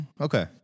Okay